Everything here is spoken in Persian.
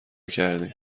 کردیم